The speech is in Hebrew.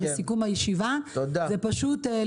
מיכאל,